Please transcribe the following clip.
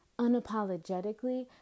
unapologetically